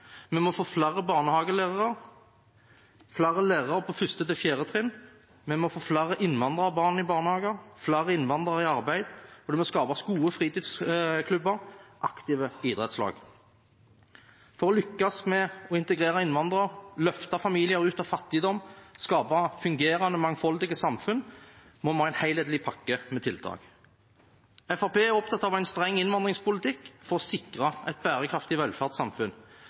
Vi må få flere barnehagelærere og flere lærere på 1. til 4. trinn. Vi må få flere innvandrerbarn i barnehage og flere innvandrere i arbeid, og det må skapes gode fritidsklubber og aktive idrettslag. For å lykkes med å integrere innvandrere, løfte familier ut av fattigdom og skape fungerende mangfoldige samfunn må vi ha en helhetlig pakke med tiltak. Fremskrittspartiet er opptatt av å ha en streng innvandringspolitikk for å sikre et bærekraftig velferdssamfunn.